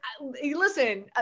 listen